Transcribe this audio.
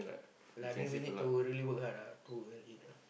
like I mean we need to really work hard ah to earn it ah